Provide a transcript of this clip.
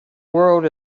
world